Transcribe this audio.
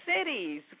cities